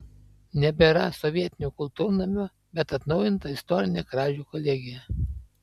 nebėra sovietinio kultūrnamio bet atnaujinta istorinė kražių kolegija